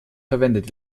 verwendet